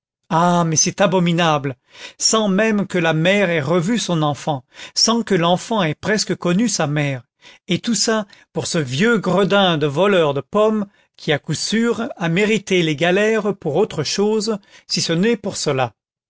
ah mais c'est abominable sans même que la mère ait revu son enfant sans que l'enfant ait presque connu sa mère et tout ça pour ce vieux gredin de voleur de pommes qui à coup sûr a mérité les galères pour autre chose si ce n'est pour cela